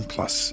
Plus